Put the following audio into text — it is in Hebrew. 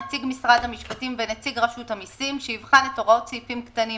נציג משרד המשפטים ונציג רשות המסים שיבחן את הוראות סעיפים קטנים